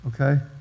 okay